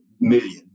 million